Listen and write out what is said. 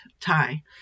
tie